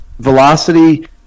Velocity